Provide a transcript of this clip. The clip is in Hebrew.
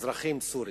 אזרחים סורים,